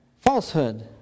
falsehood